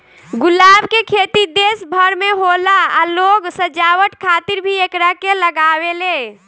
गुलाब के खेती देश भर में होला आ लोग सजावट खातिर भी एकरा के लागावेले